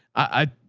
i,